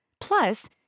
Plus